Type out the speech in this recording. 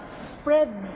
spread